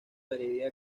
heredia